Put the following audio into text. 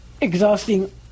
exhausting